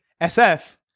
SF